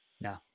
No